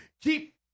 Keep